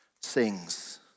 sings